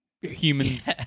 humans